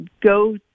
go